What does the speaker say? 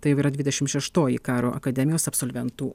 tai jau yra dvidešimt šeštoji karo akademijos absolventų